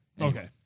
Okay